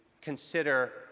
consider